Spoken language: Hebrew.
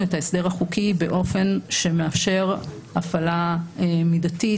את ההסדר החוקי באופן שמאפשר הפעלה מידתית,